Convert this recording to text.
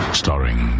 starring